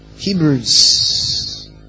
Hebrews